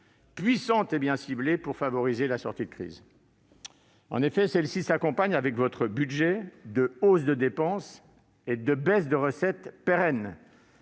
puissantes et bien ciblées, pour favoriser la sortie de crise. En effet, celle-ci s'accompagne, avec votre budget, de hausses de dépenses et de baisses de recettes pérennes